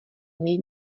něj